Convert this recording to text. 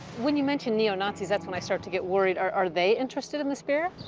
when you mention neo-nazis, that's when i start to get worried. are they interested in the spear?